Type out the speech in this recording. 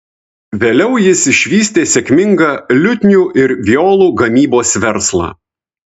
vėliau jis išvystė sėkmingą liutnių ir violų gamybos verslą